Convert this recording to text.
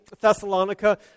Thessalonica